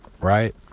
right